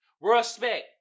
Respect